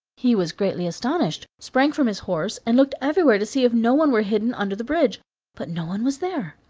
he was greatly astonished, sprang from his horse, and looked everywhere to see if no one were hidden under the bridge but no one was there.